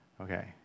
Okay